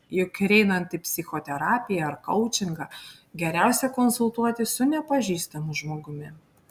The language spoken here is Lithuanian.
juk ir einant į psichoterapiją ar koučingą geriausia konsultuotis su nepažįstamu žmogumi